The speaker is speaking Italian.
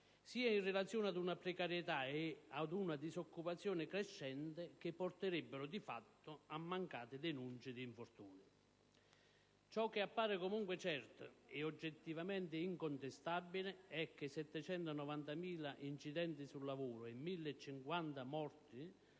sia in relazione ad una precarietà e ad una disoccupazione crescente che porterebbero di fatto a mancate denunce di infortuni. Ciò che appare comunque certo ed oggettivamente incontestabile è che 790.000 incidenti sul lavoro e 1.050 morti